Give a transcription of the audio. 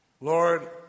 Lord